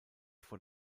vor